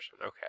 Okay